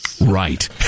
Right